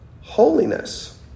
holiness